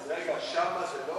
רגע, שאמה זה לא?